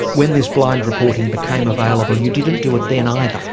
when this blind reporting became available you didn't do it then either.